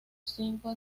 cinco